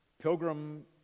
pilgrim